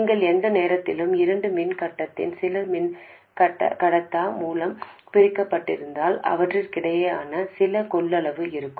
நீங்கள் எந்த நேரத்திலும் இரண்டு மின்கடத்திகள் சில மின்கடத்தா மூலம் பிரிக்கப்பட்டிருந்தால் அவற்றுக்கிடையே சில கொள்ளளவு இருக்கும்